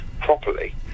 Properly